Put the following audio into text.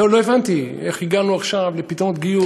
לא הבנתי איך הגענו עכשיו לפתרונות גיור.